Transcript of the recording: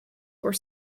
were